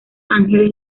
ángeles